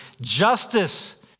justice